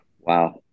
wow